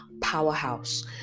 powerhouse